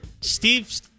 Steve